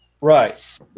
Right